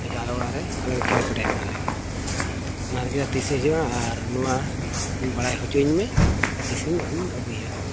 ᱮᱱᱠᱷᱟᱱ ᱟᱞᱮ ᱚᱲᱟᱜ ᱨᱮ ᱟᱞᱮ ᱠᱷᱮᱲᱮ ᱯᱮᱴᱮᱜ ᱠᱟᱱᱟᱞᱮ ᱚᱱᱟᱜᱮ ᱛᱤᱥ ᱦᱤᱡᱩᱜᱼᱟ ᱟᱨ ᱱᱚᱣᱟ ᱤᱧ ᱵᱟᱲᱟᱭ ᱦᱚᱪᱚᱧ ᱢᱮ ᱟᱨ ᱛᱤᱥ ᱟᱢ ᱮᱢ ᱟᱹᱜᱩᱭᱟ